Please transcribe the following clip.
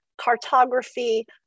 cartography